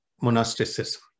monasticism